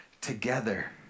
together